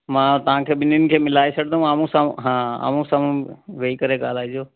मां तव्हांखे ॿिनिनि खे मिलाइ छॾिंदुमि आम्हूं साम्हूं हा आम्हूं साम्हूं वेही करे ॻाल्हाइजो